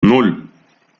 nan